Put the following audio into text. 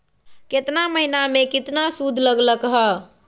केतना महीना में कितना शुध लग लक ह?